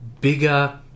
bigger